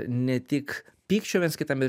ne tik pykčio viens kitam ir